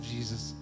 Jesus